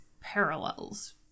parallels